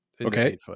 Okay